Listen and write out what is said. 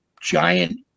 giant